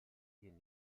gehen